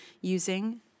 using